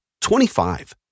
25